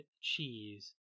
Cheese